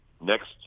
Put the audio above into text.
next